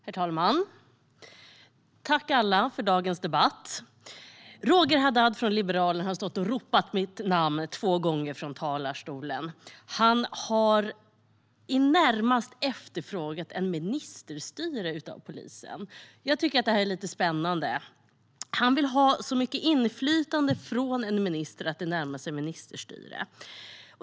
Herr talman! Tack, alla, för dagens debatt! Roger Haddad från Liberalerna har två gånger stått och ropat mitt namn från talarstolen. Han har i det närmaste efterfrågat ett ministerstyre av polisen. Jag tycker att det är lite spännande. Han vill ha så mycket inflytande hos en minister att det närmar sig ministerstyre.